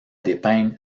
dépeindre